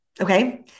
Okay